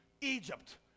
Egypt